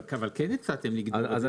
אבל כן הצעתם לגבות על זה 90,000 שקלים.